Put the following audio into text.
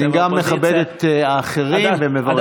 אני גם מכבד את האחרים ומברך אותם.